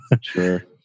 Sure